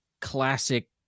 classic